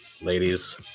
ladies